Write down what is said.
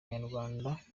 abanyarwanda